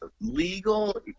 legal